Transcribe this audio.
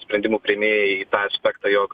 sprendimų priėmėjai aspektą jog